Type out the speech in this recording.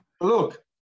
Look